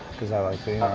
cause i like it,